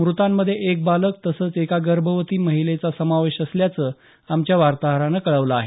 मृतांमध्ये एक बालक तसंच एका गर्भवतीचा समावेश असल्याचं आमच्या वार्ताहरानं कळवलं आहे